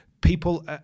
people